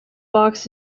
box